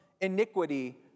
iniquity